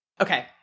Okay